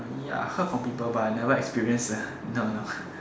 ya I heard from people but I never experience eh no no